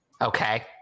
Okay